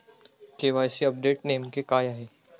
KYC update नेमके काय आहे?